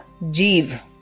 Jeev